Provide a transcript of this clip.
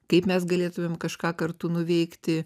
kaip mes galėtumėm kažką kartu nuveikti